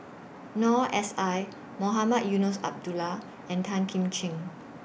Noor S I Mohamed Eunos Abdullah and Tan Kim Ching